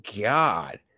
God